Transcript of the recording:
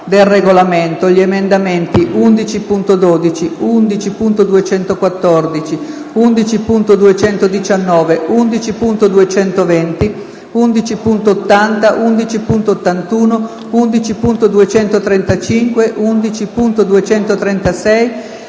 del Regolamento, gli emendamenti 11.12, 11.214, 11.219, 11.220, 11.80, 11.81, 11.235, 11.236